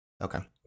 Okay